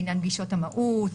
עניין גישות המהות,